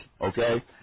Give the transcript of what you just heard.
okay